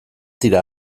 dira